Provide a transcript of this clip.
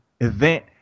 event